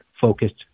focused